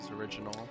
original